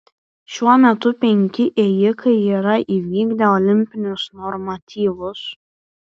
šiuo metu penki ėjikai yra įvykdę olimpinius normatyvus